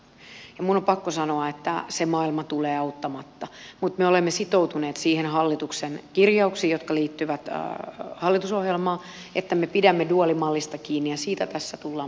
minun on pakko sanoa että se maailma tulee auttamatta mutta me olemme sitoutuneet niihin hallituksen kirjauksiin jotka liittyvät hallitusohjelmaan että me pidämme duaalimallista kiinni ja siitä tässä tullaan pitämään kiinni